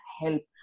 help